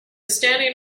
standing